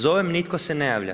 Zovem nitko se ne javlja.